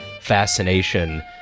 fascination